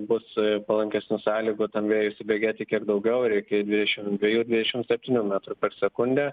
bus palankesnių sąlygų tam vėjui įsibėgėti kiek daugiau ir iki dvidešim dviejų ir dvidešim septynių metrų per sekundę